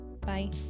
bye